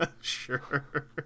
Sure